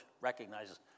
recognizes